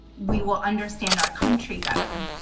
we will understand our country better,